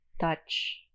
touch